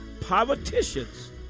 politicians